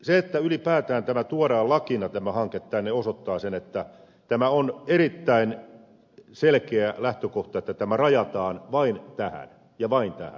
se että ylipäätään tämä hanke tuodaan lakina tänne osoittaa sen että tämä on erittäin selkeä lähtökohta että tämä rajataan vain tähän ja vain tähän